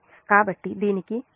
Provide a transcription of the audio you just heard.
కాబట్టి దీనికి 3 R 3 R 3 R